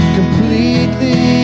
Completely